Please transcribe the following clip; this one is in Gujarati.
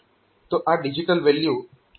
તો આ ડિજીટલ વેલ્યુ 1 ને અનુરૂપ વોલ્ટેજ હોઈ શકે છે